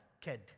kid